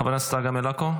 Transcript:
חברת הכנסת צגה מלקו,